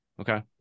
okay